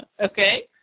Okay